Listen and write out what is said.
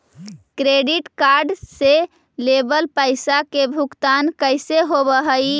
Credit card से लेवल पैसा के भुगतान कैसे होव हइ?